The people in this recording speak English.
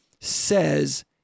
says